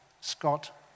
Scott